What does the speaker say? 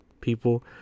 people